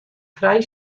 frij